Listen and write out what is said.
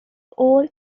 all